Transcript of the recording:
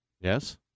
Yes